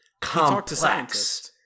complex